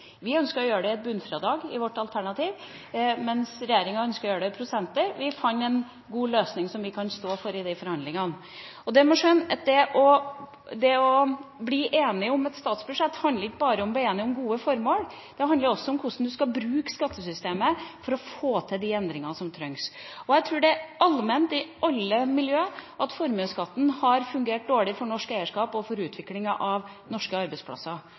Vi ønsker i vårt alternativ å gjøre det i bunnfradraget, mens regjeringa ønsker å gjøre det i prosenter. Vi fant en god løsning som vi kan stå for, i forhandlingene. Det å bli enige om et statsbudsjett handler ikke bare om å bli enige om gode formål, det handler også om hvordan man skal bruke skattesystemet for å få til de endringene som trengs. Jeg tror det er allment i alle miljø at formuesskatten har fungert dårlig for norsk eierskap og for utviklinga av norske arbeidsplasser.